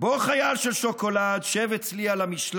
בוא חייל של שוקולד, / שב אצלי על המשלט,